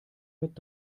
mit